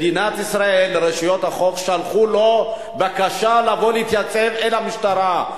מדינת ישראל ורשויות החוק שלחו לו בקשה לבוא ולהתייצב במשטרה.